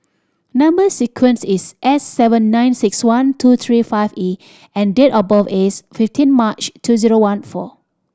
number sequence is S seven nine six one two three five E and date of birth is fifteen March two zero one four